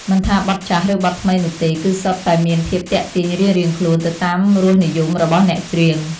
មិនថាបទចាស់ ឬបទថ្មីនោះទេ គឺសុទ្ធតែមានភាពទាក់ទាញរៀងៗខ្លួន ទៅតាមរសនិយមរបស់អ្នកច្រៀង។